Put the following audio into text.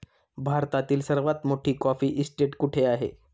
भारतातील सर्वात मोठी कॉफी इस्टेट कुठे आहे?